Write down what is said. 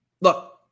look